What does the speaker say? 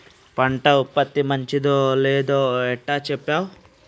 పంట ఉత్పత్తి మంచిగుందో లేదో ఎట్లా చెప్తవ్?